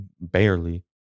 Barely